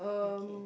okay